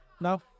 No